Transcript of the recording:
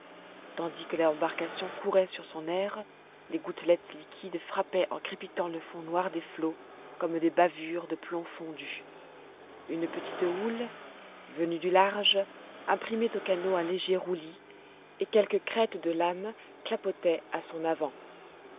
tandis que l'embarcation courait sur son erre les gouttelettes liquides frappaient en crépitant le fond noir des flots comme des bavures de plomb fondu une petite houle venue du large imprimait au canot un léger roulis et quelques crêtes de lames clapotaient à son avant